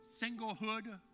singlehood